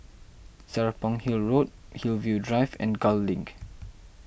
Serapong Hill Road Hillview Drive and Gul Link